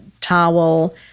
towel